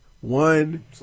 one